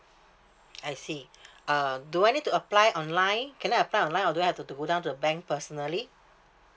I see uh do I need to apply online can I apply online or do I have to to go down to the bank personally